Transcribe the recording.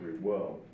World